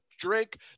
drink